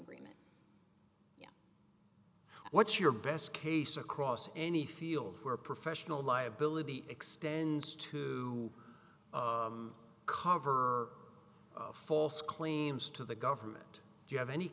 agreement what's your best case across any field where professional liability extends to cover false d claims to the government do you have any